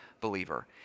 believer